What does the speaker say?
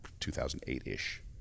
2008-ish